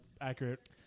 accurate